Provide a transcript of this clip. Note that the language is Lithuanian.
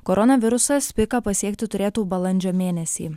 korona virusas piką pasiekti turėtų balandžio mėnesį